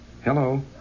hello